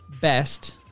best